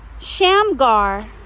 Shamgar